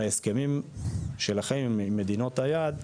בהסכמים שלכם עם מדינות היעד,